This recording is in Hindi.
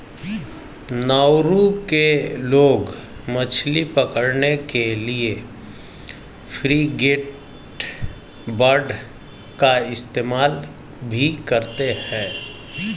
नाउरू के लोग मछली पकड़ने के लिए फ्रिगेटबर्ड का इस्तेमाल भी करते हैं